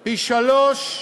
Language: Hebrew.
פי-שלושה,